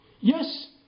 Yes